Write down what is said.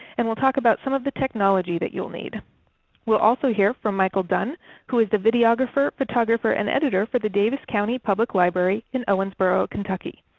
and will talk about some of the technology that you will need. we will also hear from michael dunn who is the videographer, photographer, and editor for the daviess county public library in owensboro, kentucky.